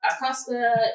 Acosta